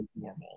normal